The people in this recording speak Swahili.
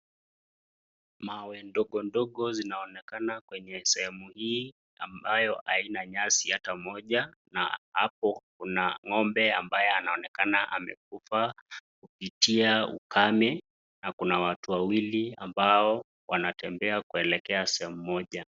Mawe ndogondogo zinaonekana kwenye sehemu hii ambayo haina nyasi hata moja na hapo kuna ng'ombe ambaye amekufa kupitia ukame na kuna watu wawili ambao wanatembea kuelekea sehemu moja.